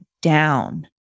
down